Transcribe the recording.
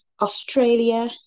Australia